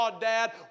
dad